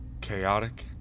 chaotic